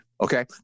Okay